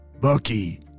Bucky